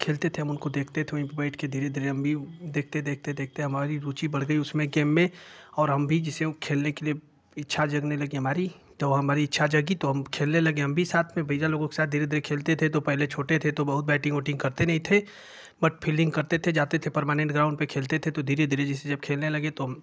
खेलते थे हम उनको देखते थे वहीं पर बैठ धीरे धीरे हम भी देखते देखते देखते हम भी हमारी रुचि बढ़ गई गेम में और हम भी जिसे खेलने के लिए इच्छा जगने लगी हमारी तो हमारी इच्छा जगी तो हम खेलने लगे हम भी साथ में भैया लोगों के साथ धीरे धीरे खेलते थे तो पहले छोटे थे तो बहुत बैटिंग उटिंग करते नहीं थे बट फिल्डिंग करते थे जाते थे परमानेंट ग्राउंड पर खेलते थे तो धीरे धीरे जैसे जब खेलने लगे तो हम